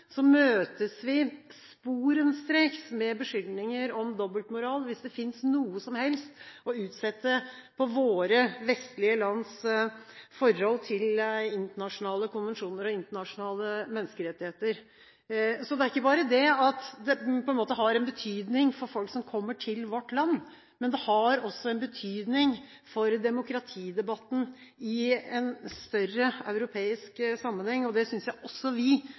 Så det har ikke bare en betydning for folk som kommer til vårt land, men det har også en betydning for demokratidebatten i en større europeisk sammenheng. Jeg synes også vi